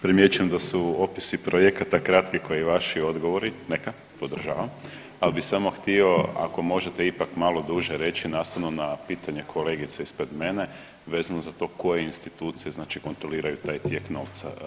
Primjećujem da su opisi projekata kratki ko i vaši odgovori, neka podržavam, ali bi samo htio ako možete ipak malo duže reći nastavno na pitanje kolegice ispred mene vezano za to koje institucije znači kontroliraju taj tijek novca.